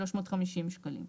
350 שקלים.